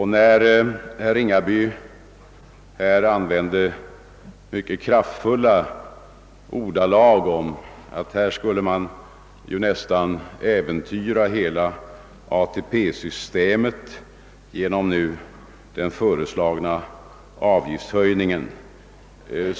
Herr Ringaby talade i mycket kraftfulla ordalag om att vi nu nästan skulle äventyra hela ATP-systemet genom den föreslagna avgiftshöjningen.